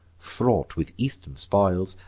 fraught with eastern spoils,